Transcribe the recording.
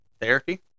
therapy